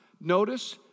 Notice